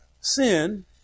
sin